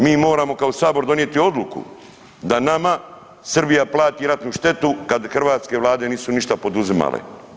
Mi moramo kao Sabor donijeti odluku da nama Srbija plati ratnu štetu kad hrvatske vlade nisu ništa poduzimale.